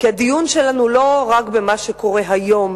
הדיון שלנו הוא לא רק במה שקורה היום,